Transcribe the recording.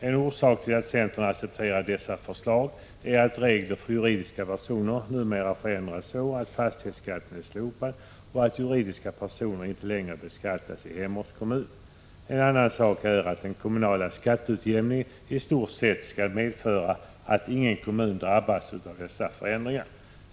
En orsak till att centern accepterat dessa förslag är att reglerna för juridiska personer numera förändrats så att fastighetsskatten är slopad och att juridiska personer inte längre beskattas i hemortskommunen. En annan sak är att den kommunala skatteutjämningen i stort sett skall medföra att ingen kommun drabbas av dessa förändringar.